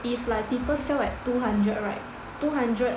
if like people sell at two hundred right two hundred